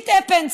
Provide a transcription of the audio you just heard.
Shit Happens',